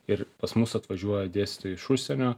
ir pas mus atvažiuoja dėstytojai iš užsienio